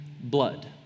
blood